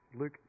Luke